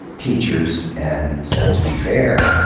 teachers and to be fair,